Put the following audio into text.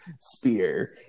Spear